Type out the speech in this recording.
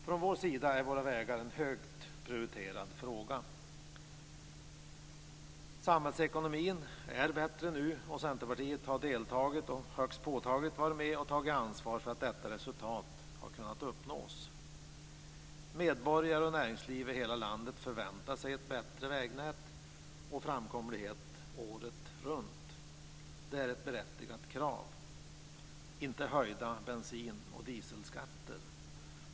Från Centerpartiets sida sett är våra vägar en högt prioriterad fråga. Samhällsekonomin är bättre nu, och Centerpartiet har deltagit och högst påtagligt varit med och tagit ansvar för att detta resultat har kunnat uppnås. Medborgare och näringsliv i hela landet förväntar sig ett bättre vägnät, och framkomlighet året runt. Det är ett berättigat krav. De vill inte ha höjda bensin och dieselskatter.